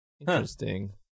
Interesting